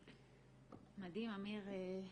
מדהים, אמיר.